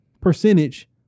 percentage